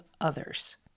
others